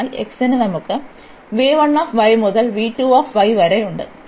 അതിനാൽ x ന് നമുക്ക് മുതൽ വരെയുണ്ട്